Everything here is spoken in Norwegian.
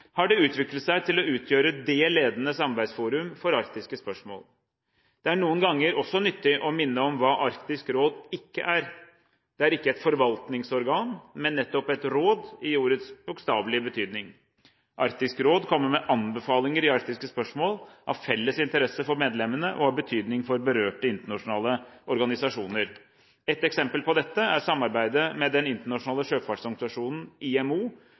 har det utviklet seg til å utgjøre det ledende samarbeidsforum for arktiske spørsmål. Det er noen ganger også nyttig å minne om hva Arktisk råd ikke er: Det er ikke et forvaltningsorgan, men nettopp et råd i ordets bokstavelige betydning. Arktisk råd kommer med anbefalinger i arktiske spørsmål av felles interesse for medlemmene og av betydning for berørte internasjonale organisasjoner. Et eksempel på dette er samarbeidet med Den internasjonale sjøfartsorganisasjonen, IMO,